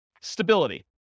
Stability